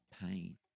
pain